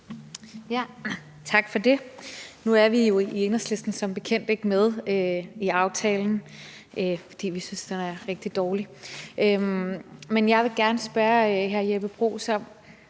Tak for det. Nu er vi jo i Enhedslisten som bekendt ikke med i aftalen, fordi vi synes, den er rigtig dårlig. Men jeg vil gerne spørge hr. Jeppe Bruus om,